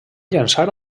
llançar